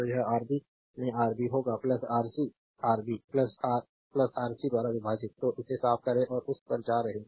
तो यह आरबी में आरबी होगा आर सी आरबी रा आरसी द्वारा विभाजित तो इसे साफ करें और उस पर जा रहे हैं